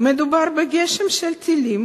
מדובר בגשם של טילים